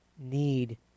need